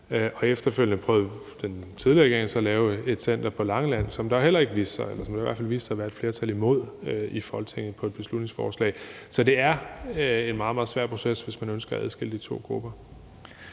og efterfølgende prøvede den tidligere regering så at lave et center på Langeland, som der jo heller ikke viste sig at være flertal for, eller hvor der i hvert fald viste sig at være et flertal imod et beslutningsforslag om det i Folketinget. Så det er en meget, meget svær proces, hvis man ønsker at adskille de to grupper.